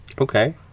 Okay